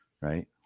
Right